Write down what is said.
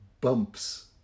bumps